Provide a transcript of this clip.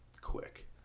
quick